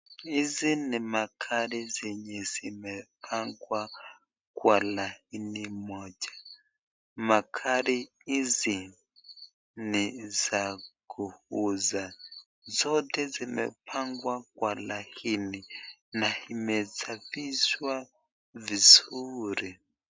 Hizi ni makadi zimepangwa kwa laini moja Makadi hizi ni za kuuza. Zote zimepangwa kwa laini na inaeza vishwa vizuri.